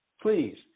Please